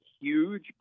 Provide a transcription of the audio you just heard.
huge